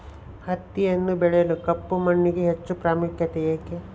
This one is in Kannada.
ಹತ್ತಿಯನ್ನು ಬೆಳೆಯಲು ಕಪ್ಪು ಮಣ್ಣಿಗೆ ಹೆಚ್ಚು ಪ್ರಾಮುಖ್ಯತೆ ಏಕೆ?